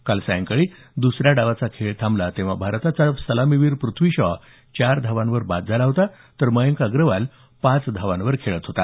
काल सायंकाळी दुसऱ्या डावाचा खेळ थांबला तेव्हा भारताचा सलामीवीर पृथ्वी शॉ चार धावांवर बाद झाला होता तर मयंक अग्रवाल पाच धावांवर खेळत होता